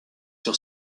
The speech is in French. sur